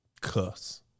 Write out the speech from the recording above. cuss